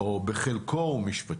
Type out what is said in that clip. או בחלקו הוא משפטי.